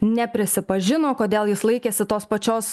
neprisipažino kodėl jis laikėsi tos pačios